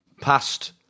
past